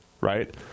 right